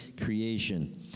creation